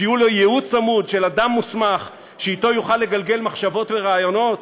שיהיה לו ייעוץ צמוד של אדם מוסמך שאתו יוכל לגלגל מחשבות ורעיונות?